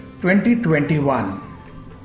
2021